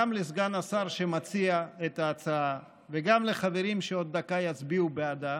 גם לסגן השר שמציע את ההצעה וגם לחברים שעוד דקה יצביעו בעדה,